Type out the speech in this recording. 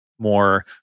more